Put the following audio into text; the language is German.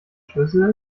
schlüssel